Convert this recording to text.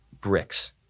bricks